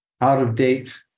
out-of-date